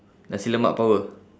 nasi lemak power